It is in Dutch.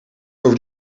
over